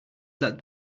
that